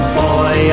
boy